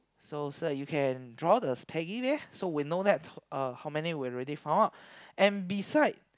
so sir you can draw the Peggy there so we know that uh how many we already found out and beside